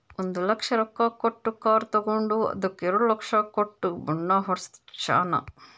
ಒಂದ್ ಲಕ್ಷ ರೊಕ್ಕಾ ಕೊಟ್ಟು ಕಾರ್ ತಗೊಂಡು ಅದ್ದುಕ ಎರಡ ಲಕ್ಷ ಕೊಟ್ಟು ಬಣ್ಣಾ ಹೊಡ್ಸ್ಯಾನ್